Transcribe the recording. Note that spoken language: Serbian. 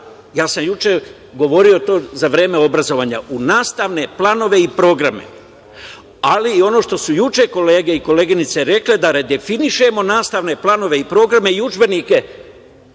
Ja sam juče govorio to. Za vreme obrazovanja u nastavne planove i programe, ali i ono što su juče kolege i koleginice rekle da redefinišemo nastavne planove i programe i udžbenike